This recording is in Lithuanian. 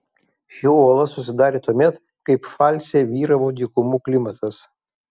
ši uola susidarė tuomet kai pfalce vyravo dykumų klimatas